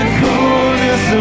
coolness